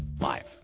live